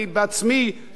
שנוי במחלוקת